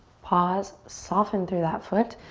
pause. soften through that foot.